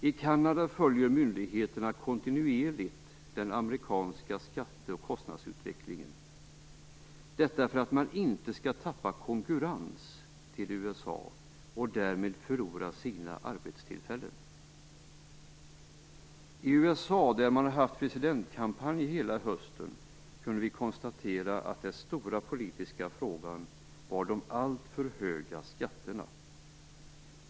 I Kanada följer myndigheterna kontinuerligt den amerikanska skatte och kostnadsutvecklingen, detta för att man inte skall tappa i konkurrens till USA och därmed förlora sina arbetstillfällen. I USA, där man har haft presidentkampanj hela hösten, kunde vi konstatera att den stora politiska frågan var de alltför höga skatterna.